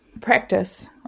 practice